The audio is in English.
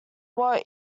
what